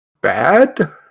bad